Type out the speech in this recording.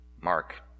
Mark